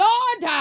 Lord